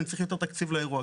אני צריך יותר תקציב לאירוע,